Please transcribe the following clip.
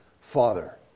Father